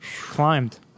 Climbed